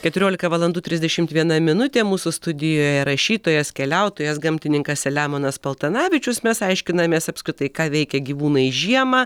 keturiolika valandų trisdešimt viena minutė mūsų studijoje rašytojas keliautojas gamtininkas selemonas paltanavičius mes aiškinamės apskritai ką veikia gyvūnai žiemą